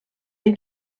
den